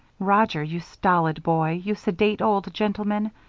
roger, you stolid boy, you sedate old gentleman,